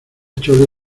chole